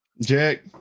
Jack